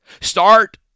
Start